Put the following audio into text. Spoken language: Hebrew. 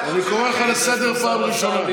אני קורא אותך לסדר פעם ראשונה.